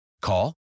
Call